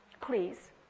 please